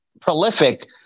prolific